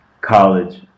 college